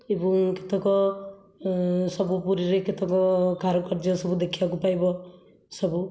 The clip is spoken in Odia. ଏବଂ କେତେକ ସବୁ ପୁରୀରେ କେତେକ କାରୁକାର୍ଯ୍ୟ ସବୁ ଦେଖିବାକୁ ପାଇବ ସବୁ